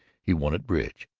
he won at bridge.